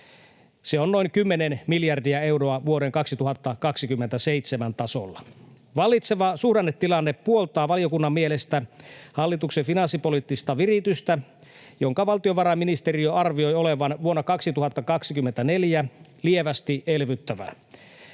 se on noin 10 miljardia euroa vuoden 2027 tasolla. Vallitseva suhdannetilanne puoltaa valiokunnan mielestä hallituksen finanssipoliittista viritystä, jonka valtiovarainministeriö arvioi olevan vuonna 2024 lievästi elvyttävää.